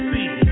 See